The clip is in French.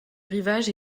rivage